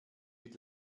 mit